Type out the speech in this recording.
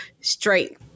straight